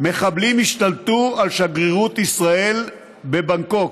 מחבלים השתלטו על שגרירות ישראל בבנגקוק,